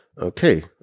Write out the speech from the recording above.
okay